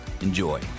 Enjoy